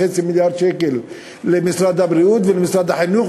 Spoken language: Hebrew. מיליארד השקל למשרד הבריאות ולמשרד החינוך,